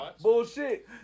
Bullshit